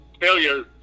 failure